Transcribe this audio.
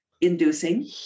inducing